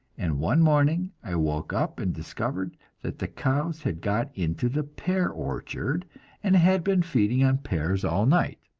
and one morning i woke up and discovered that the cows had got into the pear orchard and had been feeding on pears all night.